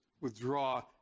withdraw